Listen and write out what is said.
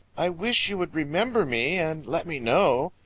i wish you would remember me and let me know.